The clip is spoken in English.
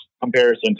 comparison